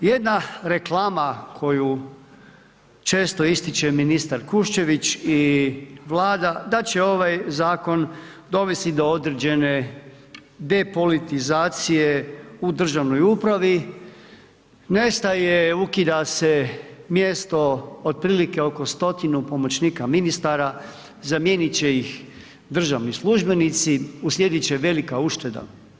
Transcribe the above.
Jedna reklama koju često ističe ministar Kušćević i vlada da će ovaj zakon dovesti do određene depolitizacije u državnoj upravi nestaje, ukida se mjesto otprilike oko 100 pomoćnika ministara, zamijeniti će ih državni službenici, uslijediti će velika ušteda.